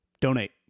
Donate